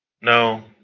No